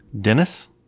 Dennis